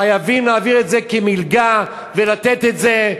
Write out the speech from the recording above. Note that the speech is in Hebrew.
חייבים להעביר את זה כמלגה ולתת את זה,